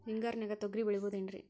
ಹಿಂಗಾರಿನ್ಯಾಗ ತೊಗ್ರಿ ಬೆಳಿಬೊದೇನ್ರೇ?